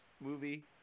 movie